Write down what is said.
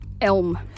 Elm